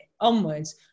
onwards